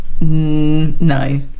No